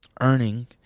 earning